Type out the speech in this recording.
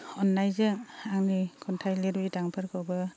अननायजों आंनि खन्थाइ लिरबिदांफोरखौबो